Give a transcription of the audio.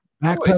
back